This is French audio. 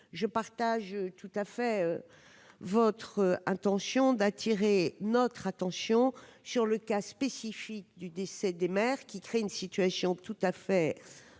je partage tout à fait votre intention d'attirer notre attention sur le cas spécifique du décès des mères qui crée une situation tout à fait